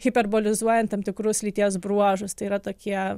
hiperbolizuojant tam tikrus lyties bruožus tai yra tokie